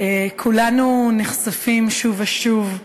כולנו נחשפים שוב ושוב,